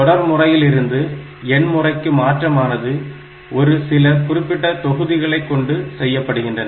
தொடர்முறையில் இருந்து எண்முறைக்கு மாற்றமானது ஒரு சில குறிப்பிட்ட தொகுதிகளைக் கொண்டு செய்யப்படுகின்றன